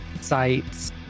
sites